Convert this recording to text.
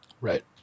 Right